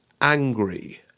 angry